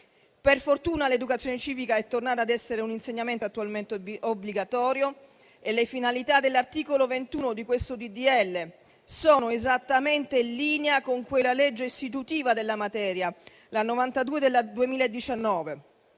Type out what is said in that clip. Per fortuna, l'educazione civica è tornata ad essere un insegnamento attualmente obbligatorio e le finalità dell'articolo 21 di questo disegno di legge sono esattamente in linea con la legge istitutiva della materia, la legge n.